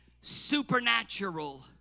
supernatural